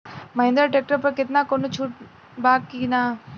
Mahindra tractor पर केतना कौनो छूट बा कि ना?